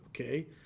okay